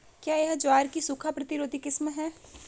क्या यह ज्वार की सूखा प्रतिरोधी किस्म है?